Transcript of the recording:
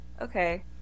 Okay